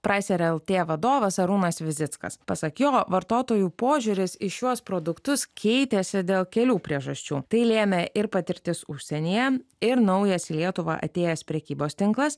praeis ir lrt vadovas arūnas visockas pasak jo vartotojų požiūris į šiuos produktus keitėsi dėl kelių priežasčių tai lėmė ir patirtis užsienyje ir naujas lietuvą atėjęs prekybos tinklas